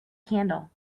candle